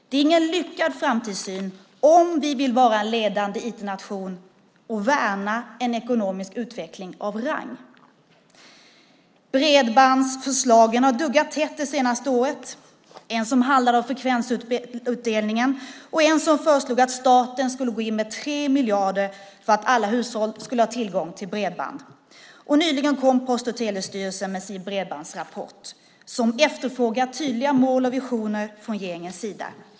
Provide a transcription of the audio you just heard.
Det är ingen lyckad framtidssyn om vi vill att Sverige ska vara en ledande IT-nation och om vi vill värna en ekonomisk utveckling av rang. Bredbandsförslagen har duggat tätt det senaste året. Ett förslag handlar om frekvensutdelningen och ett förslag är att staten ska gå in med 3 miljarder för att alla hushåll ska ha tillgång till bredband. Och nyligen kom Post och telestyrelsen med sin bredbandsrapport där man efterfrågar tydliga mål och visioner från regeringens sida.